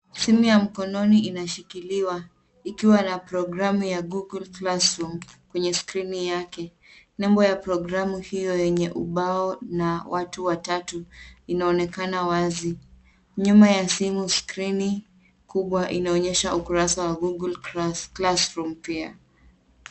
Simu ya mkononi inashikiliwa ikiwa na programu ya Google Classroom kwenye skrini yake. Nembo ya programu hiyo yenye ubao na watu watatu inaonekana wazi. Nyuma ya simu, skrini kubwa inaonyesha ukurasa wa Google Classroom pia.